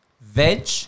veg